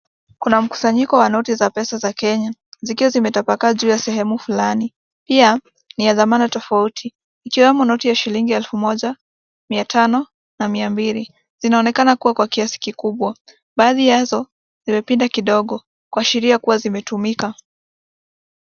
Kuna mkusanyiko wa noti za pesa za Kenya zikiwa zimetapakaa juu ya sehemu fulani. Pia ni ya dhamana tofauti ikiwemo noti ya shilingi elfu moja, mia tano na mia mbili. zinaonekana kuwa kwa kiasi kikubwa. Baadhi yazo zimepinda kidogo kuashiria kuwa zimetumika.